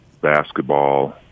basketball